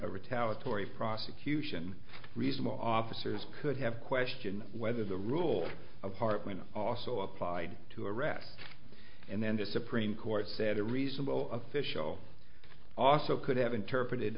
a retaliatory prosecution resume officers could have question whether the rule of heart when it also applied to arrest and then the supreme court said a reasonable official also could have interpreted